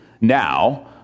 now